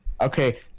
Okay